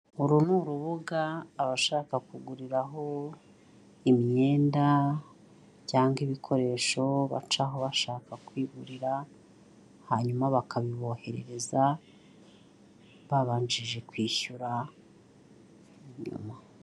Uru ni urubuga abashaka kuguriraho imyenda cyangwa ibikoresho bacaho bashaka kwigurira, hanyuma bakabiboherereza babanshije kwishyura nyuma.